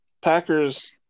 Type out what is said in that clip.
Packers